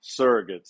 surrogates